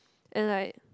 and like